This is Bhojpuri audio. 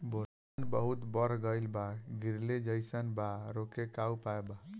धान बहुत बढ़ गईल बा गिरले जईसन बा रोके क का उपाय बा?